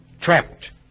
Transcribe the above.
Trapped